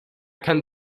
kann